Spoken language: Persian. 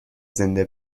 زنده